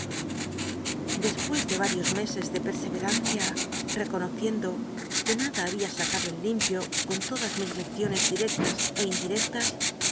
despucs de varios meses de pcrscrcrancia reconociendo que nada babia sacad o en limpio con todas mis lecciones directas é indircclas